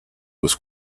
was